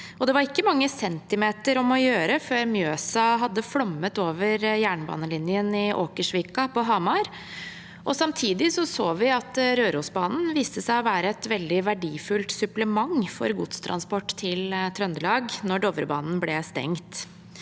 Det var ikke mange centimeter om å gjøre før Mjøsa hadde flommet over jernbanelinjen i Åkersvika på Hamar. Samtidig så vi at Rørosbanen viste seg å være et veldig verdifullt supplement for godstransport til Trøndelag da Dovrebanen ble stengt.